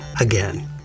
again